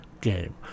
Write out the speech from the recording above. game